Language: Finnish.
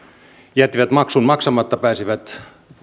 jättivät maksun maksamatta pääsivät